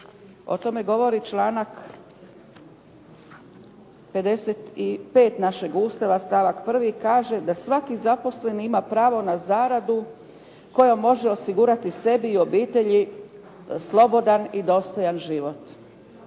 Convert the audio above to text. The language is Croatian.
O tome govori članak 55. našeg Ustava, stavak 1. kaže da svaki zaposleni ima pravo na zaradu kojom može osigurati sebi i obitelji slobodan i dostojan život.